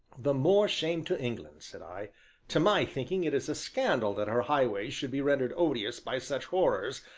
the more shame to england, said i to my thinking it is a scandal that our highways should be rendered odious by such horrors,